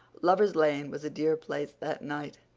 lover's lane was a dear place that night,